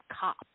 cop